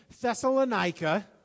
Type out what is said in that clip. Thessalonica